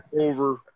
over